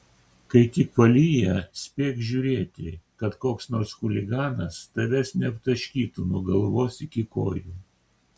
kai tik palyja spėk žiūrėti kad koks nors chuliganas tavęs neaptaškytų nuo galvos iki kojų